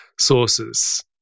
sources